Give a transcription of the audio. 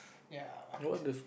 ya